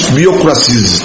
bureaucracies